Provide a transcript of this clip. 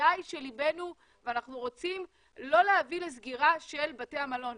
ודאי שליבנו ואנחנו רוצים לא להביא לסגירה של בתי המלון,